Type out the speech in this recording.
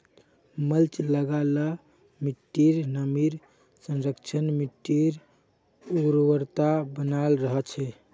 mulch लगा ल मिट्टीर नमीर संरक्षण, मिट्टीर उर्वरता बनाल रह छेक